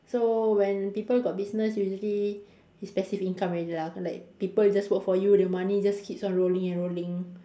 so when people got business usually it's passive income already lah like people just work for you the money just keeps on rolling and rolling